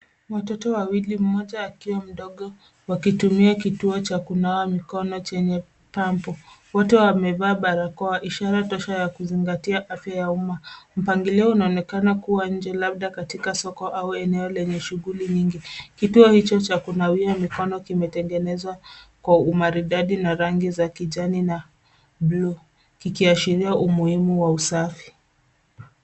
Watoto wawili mmoja akiwa mdogo wakitumia kituo cha kunawa mikono chenye pampu. Wote wamevaa barakoa ishara tosha ya kuzingatia afya ya umma. Mpangilio unaonekana kuwa nje labda katika soko au eneo lenye shughuli nyingi. Kituo hicho cha kunawia mikono kimetengenezwa kwa umaridadi na rangi za kijani na buluu kikiashiria umuhimu wa usafi.